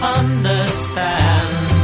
understand